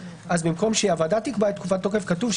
במקום שהוועדה תקבע את תקופת התוקף כתוב,